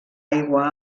aigua